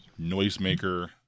noisemaker